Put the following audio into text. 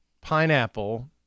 pineapple